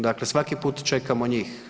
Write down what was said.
Dakle, svaki puta čekamo njih.